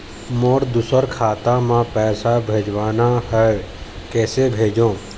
मोर दुसर खाता मा पैसा भेजवाना हवे, कइसे भेजों?